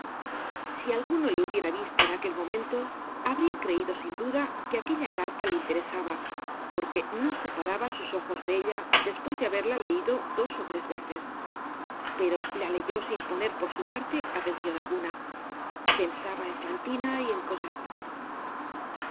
si alguno le hubiera visto en aquel momento habria creido sin duda que aquella carta le interesaba porque no separaba sus ojos de ella despues de haberla leido dos ó tres veces pero la leyó sin poner por su parte atencion alguna pensaba en fantina y en